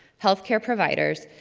healthcare providers,